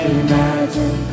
imagine